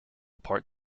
part